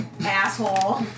asshole